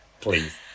please